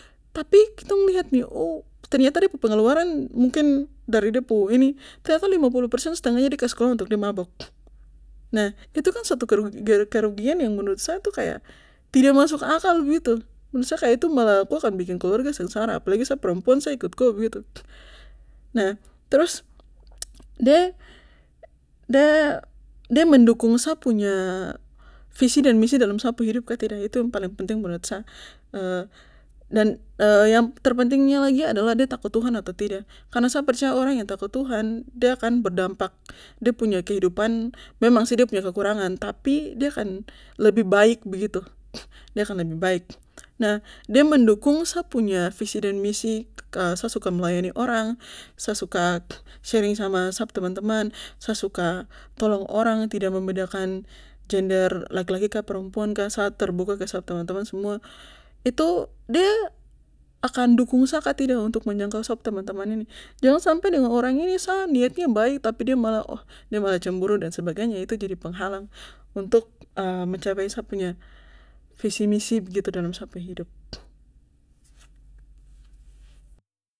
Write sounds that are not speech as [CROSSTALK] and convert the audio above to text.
Tapi kitong lihat nih oh ternyata de punya pengeluaran mungkin dari de pu ini ternyata lima puluh persen stengahnya de kasih keluar untuk de mabok nah itu suatu kerugian kerugian yang tidak masuk akal begitu menurut sa itu malah ko akan bikin keluarga sengsara apalagi sa perempuan sa ikut ko begitu nah terus de de mendukung sa punya visi dan misi dalam sa pu hidup kah tidak itu yang paling penting menurut sa dan [HESITATION] yang paling terpentingnya lagi de takut tuhan atau tidak karna sa percaya orang yang takut tuhan de akan berdampak de punya kehidupan memang masih punya kekurangan tapi de akan lebih baik gitu de akan lebih baik nah de mendukung sa punya visi dan misi kah sa suka melayani orang sa suka sharing sama sap teman teman sa suka tolong orang tidak membedakan gender laki laki kah perempuan sa terbuka ke sap teman teman semua itu de akan dukung akan sa tidak untuk menjangkau sap teman teman ini jangan sampe dengan orang ini sa niatnya baik tapi de malah oh malah cemburu dan sebagainya itu jadi penghalang untuk [HESITATION] mencapai sa punya visi misi begitu dalam sa pu hidup